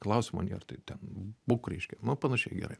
klausimo nėr tai ten būk reiškia nu panašiai gerai